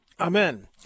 Amen